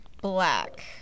Black